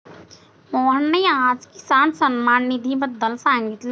मोहनने आज किसान सन्मान निधीबद्दल सांगितले